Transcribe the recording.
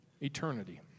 eternity